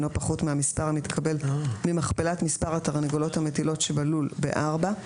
אינו פחות מהמספר המתקבל ממכפלת מספר התרנגולות המטילות בלול בארבע.